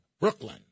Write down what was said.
Brooklyn